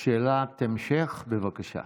שאלת המשך, בבקשה.